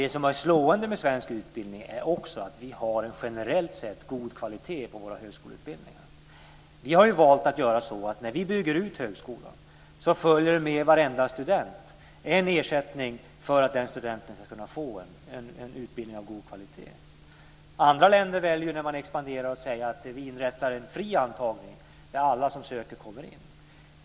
Det som är slående med svensk utbildning är att vi har en generellt sett god kvalitet på våra högskoleutbildningar. Vi har valt att göra så att när vi bygger ut högskolan följer det med varenda student en ersättning för att studenten ska kunna få en utbildning av god kvalitet. När andra länder expanderar väljer de att inrätta en fri antagning där alla som söker kommer in.